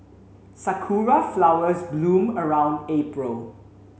Sakura flowers bloom around April